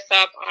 up